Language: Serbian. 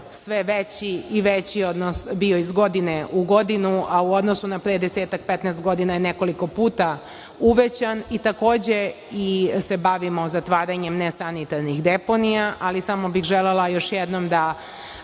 sve veći i veći bio iz godine u godinu, a u odnosu na pre 10-15 godina je nekoliko puta uvećan. Takođe se bavimo zatvaranjem nesanitarnih deponija, ali samo bih želela još jednom da